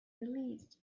released